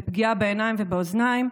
בפגיעה בעיניים ובאוזניים.